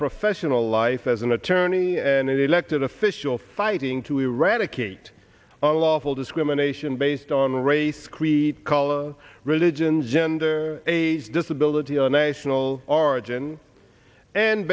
professional life as an attorney and elected official fighting to eradicate a lawful discrimination based on race creed color religion gender age disability and national origin and